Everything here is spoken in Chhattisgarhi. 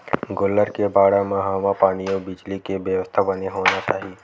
गोल्लर के बाड़ा म हवा पानी अउ बिजली के बेवस्था बने होना चाही